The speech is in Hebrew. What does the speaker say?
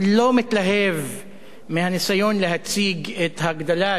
מהניסיון להציג את הגדלת הגירעון כהישג.